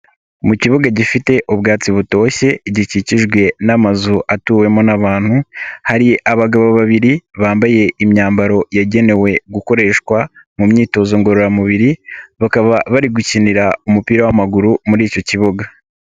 Mu kibuga gifite ubwatsi butoshye gikikijwe n'amazu atuwemo n'abantu hari abagabo babiri bambaye imyambaro yagenewe gukoreshwa mu myitozo ngororamubiri bakaba bari gukinira umupira w'amaguru muri icyo kibuga.